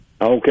Okay